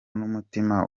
n’umutima